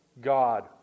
God